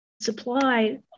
supply